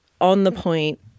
on-the-point